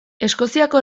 eskoziako